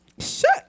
Shut